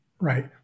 Right